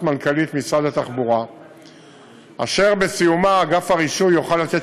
מנכ"לית משרד התחבורה ובסיומה אגף הרישוי יוכל לתת